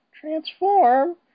Transform